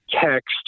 text